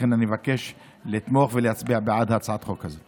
לכן אני מבקש לתמוך ולהצביע בעד הצעת החוק הזאת.